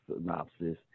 synopsis